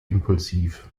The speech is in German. impulsiv